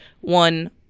one